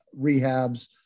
rehabs